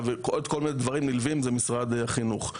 ועוד כל מיני דברים נלווים זה משרד החינוך.